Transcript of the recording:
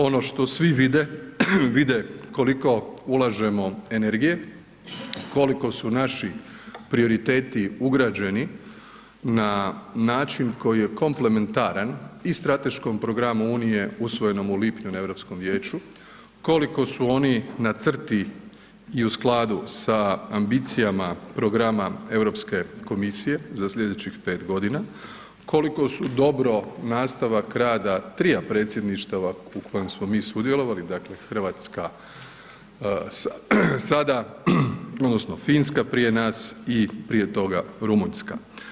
Ono što svi vide, vide koliko ulažemo energije, koliko su naši prioriteti ugrađeni na način koji je komplementaran i strateškom programu Unije usvojenom u lipnju na Europskom vijeću, koliko su oni na crti i u skladu sa ambicijama programa Europske komisije za sljedećih pet godina, koliko su dobro nastavak rada trija predstavništava u kojem smo mi sudjelovali, dakle Hrvatska, odnosno Finska prije nas i prije toga Rumunjska.